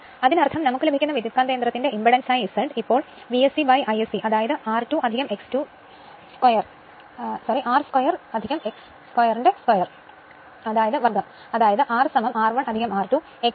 അതിനർത്ഥം നമുക്ക് ലഭിക്കുന്ന ട്രാൻസ്ഫോർമറിന്റെ ഇംപെൻഡൻസായ Z ഇപ്പോൾ V s c Isc അതായത് R 2 X2 2 ന് മുകളിലുള്ള റൂട്ട്